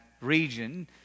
region